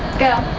go!